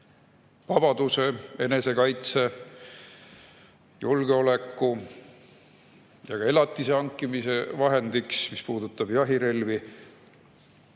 vabaduse, enesekaitse, julgeoleku, aga ka elatise hankimise vahendiks, mis puudutab jahirelvi.